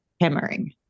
hammering